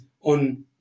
on